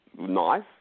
nice